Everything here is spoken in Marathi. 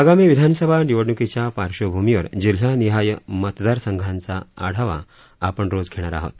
आगामी विधानसभा निवडण्कीच्या पार्श्वभूमीवर जिल्हानिहाय मतदार संघांचा आपण रोज आढावा घेणार आहोत